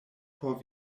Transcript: por